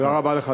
תודה רבה לך,